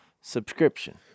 subscription